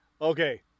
Okay